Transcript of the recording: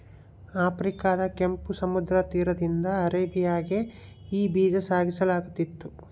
ಆಫ್ರಿಕಾದ ಕೆಂಪು ಸಮುದ್ರ ತೀರದಿಂದ ಅರೇಬಿಯಾಗೆ ಈ ಬೀಜ ಸಾಗಿಸಲಾಗುತ್ತಿತ್ತು